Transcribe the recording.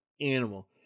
Animal